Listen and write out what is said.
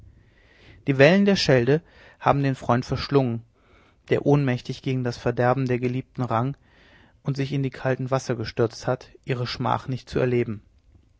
die wellen der schelde haben den freund verschlungen der ohnmächtig gegen das verderben der geliebten rang und sich in die kalten wasser gestürzt hat ihre schmach nicht zu erleben